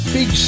Big